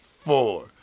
four